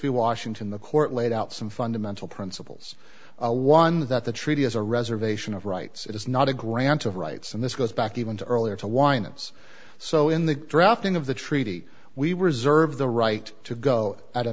we washington the court laid out some fundamental principles one that the treaty as a reservation of rights it is not a grant of rights and this goes back even to earlier to wine it's so in the drafting of the treaty we reserve the right to go at a